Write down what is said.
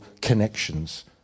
connections